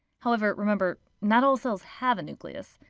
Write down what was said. however, remember, not all cells have a nucleus.